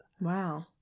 Wow